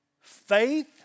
faith